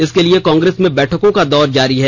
इसके लिए कांग्रेस में बैठकों का दौर जारी है